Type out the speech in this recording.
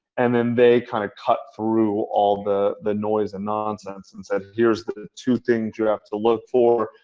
and then they kind of cut through all the the noise and nonsense. and said, here's the two things you have to look for.